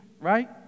right